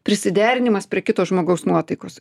prisiderinimas prie kito žmogaus nuotaikos